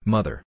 Mother